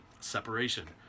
Separation